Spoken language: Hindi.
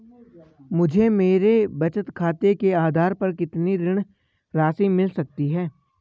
मुझे मेरे बचत खाते के आधार पर कितनी ऋण राशि मिल सकती है?